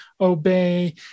obey